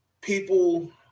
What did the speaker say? people